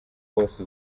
wose